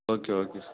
okay okay sir